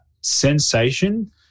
sensation